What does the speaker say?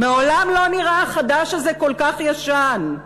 מעולם לא נראה החדש הזה כל כך ישן.